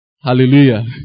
Hallelujah